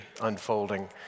unfolding